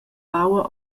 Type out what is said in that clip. aua